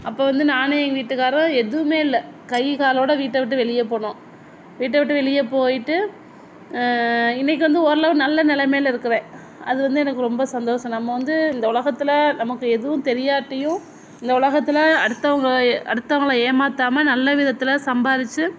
அப்போ வந்து நான் எங்கள் வீட்டுக்காரரும் எதுவும்மே இல்லை கைகாலோட வீட்டை விட்டு வெளியே போனோம் வீட்டை விட்டு வெளியே போயிட்டு இன்னிக்கு வந்து ஓரளவு நல்ல நிலமைல இருக்கிறேன் அது வந்து எனக்கு ரொம்ப சந்தோஷம் நம்ம வந்து இந்த உலகத்தில் நமக்கு எதுவும் தெரியாட்டியும் இந்த உலகத்தில் அடுத்தவங்க அடுத்தவங்களை ஏமாற்றாம நல்ல விதத்தில் சம்பாரித்து